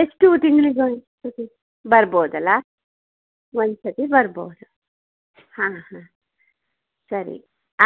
ಎಷ್ಟು ತಿಂಗ್ಳಿಗೆ ಒಂದು ಸರ್ತಿ ಬರ್ಬೌದಲ್ಲ ಒಂದು ಸರ್ತಿ ಬರ್ಬೌದು ಹಾಂ ಹಾಂ ಸರಿ